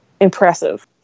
impressive